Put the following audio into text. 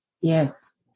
Yes